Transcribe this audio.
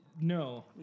No